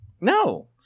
No